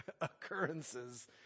occurrences